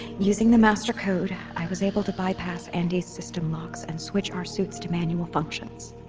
using the master code, i was able to bypass andi's system locks and switch our suits to manual functions.